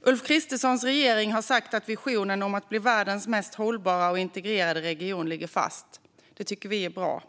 Ulf Kristerssons regering har sagt att visionen om att bli världens mest hållbara och integrerade region ligger fast. Det tycker vi är bra.